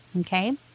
Okay